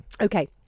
Okay